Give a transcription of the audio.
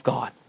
God